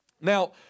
Now